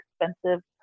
expensive